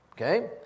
okay